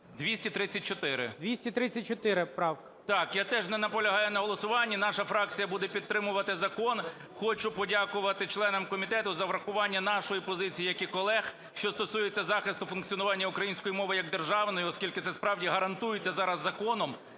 М.Л. Так. Я теж не наполягаю на голосуванні. Наша фракція буде підтримувати закон. Хочу подякувати членам комітету за врахування нашої позиції, як і колеги, що стосується захисту функціонування української мови як державної, оскільки це справді гарантується зараз законом.